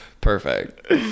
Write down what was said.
perfect